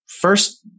first